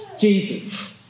Jesus